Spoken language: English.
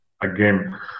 again